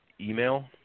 email